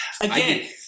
again